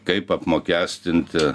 kaip apmokestinti